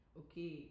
okay